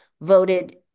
voted